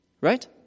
right